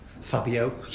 Fabio